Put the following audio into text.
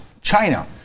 china